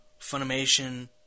Funimation